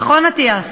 נכון, אטיאס?